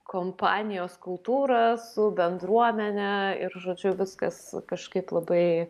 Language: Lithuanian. kompanijos kultūrą su bendruomene ir žodžiu viskas kažkaip labai